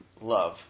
love